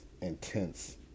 intense